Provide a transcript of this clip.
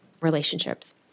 relationships